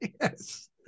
Yes